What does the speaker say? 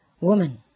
Woman